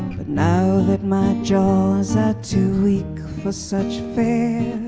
but now that my jaws are too weak for such fare, i